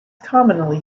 commonly